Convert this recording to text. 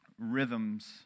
Rhythms